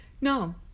No